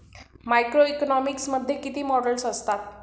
Macroeconomics मध्ये किती models असतात?